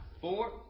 four